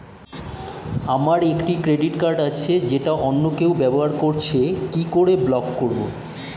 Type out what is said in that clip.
আমার একটি credit card আছে যেটা অন্য কেউ ব্যবহার করছে কি করে ব্লক করবো?